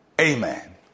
Amen